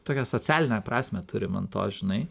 tokią socialinę prasmę turim ant to žinai